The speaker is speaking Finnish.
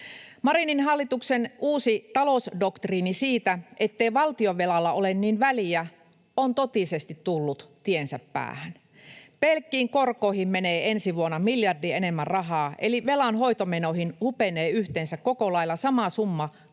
Marinin hallituksen uusi talousdoktriini siitä, ettei valtionvelalla ole niin väliä, on totisesti tullut tiensä päähän. Pelkkiin korkoihin menee ensi vuonna miljardi enemmän rahaa, eli velan hoitomenoihin hupenee yhteensä koko lailla sama summa kuin